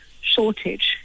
shortage